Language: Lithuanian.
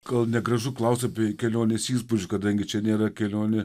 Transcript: gal negražu klaust apie kelionės įspūdžių kadangi čia nėra kelionė